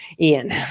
Ian